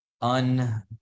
un